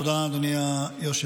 תודה, אדוני היושב-ראש.